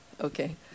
Okay